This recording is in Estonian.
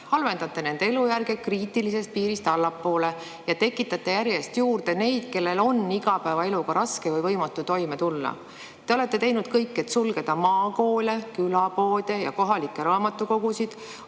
halvendate nende elujärje kriitilisest piirist allapoole ja tekitate järjest juurde neid, kellel on igapäevaeluga raske või võimatu toime tulla. Te olete teinud kõik, et sulgeda maakoole, külapoode ja kohalikke raamatukogusid.